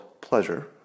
pleasure